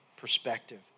perspective